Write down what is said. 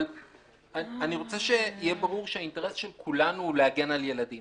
אבל אני רוצה שיהיה ברור שהאינטרס של כולנו הוא להגן על ילדים.